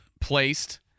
placed